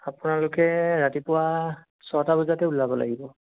আপোনালোকে ৰাতিপুৱা ছটা বজাতে ওলাব লাগিব